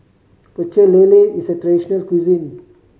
Pecel Lele is a traditional local cuisine